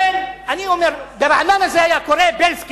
בילסקי, ברעננה זה היה קורה?